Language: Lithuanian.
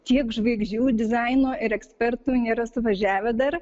tiek žvaigždžių dizaino ir ekspertų nėra suvažiavę dar